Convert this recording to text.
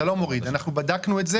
אתה לא מוריד, אנחנו בדקנו את זה.